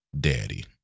Daddy